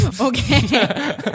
Okay